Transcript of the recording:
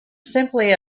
simply